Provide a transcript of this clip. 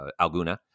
Alguna